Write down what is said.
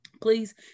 please